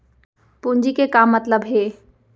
पूंजी के का मतलब हे?